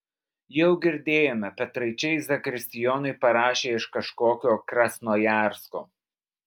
jau girdėjome petraičiai zakristijonui parašė iš kažkokio krasnojarsko